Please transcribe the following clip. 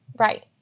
Right